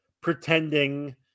pretending